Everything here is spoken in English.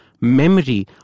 memory